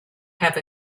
have